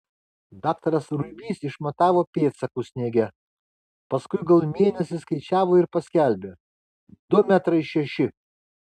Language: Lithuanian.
daktaras ruibys išmatavo pėdsakus sniege paskui gal mėnesį skaičiavo ir paskelbė du metrai šeši